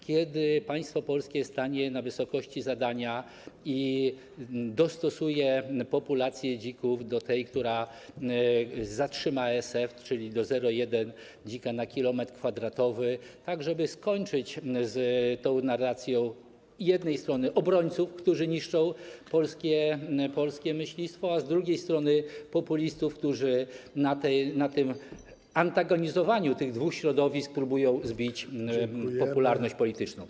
Kiedy państwo polskie stanie na wysokości zadania i dostosuje populację dzików do tej, która zatrzyma ASF, czyli do 0,1 dzika na 1 km2 tak żeby skończyć z tą narracją z jednej strony obrońców, którzy niszczą polskie myślistwo, a z drugiej strony populistów, którzy na tym antagonizowaniu tych dwóch środowisk próbują zbić popularność polityczną?